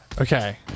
Okay